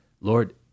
lord